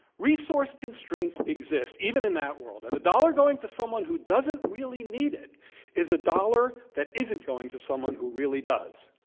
resource constraints exist even in that world, and dollar going to someone who doesn't really need it is a dollar that isn't going to someone who really does.